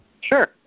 Sure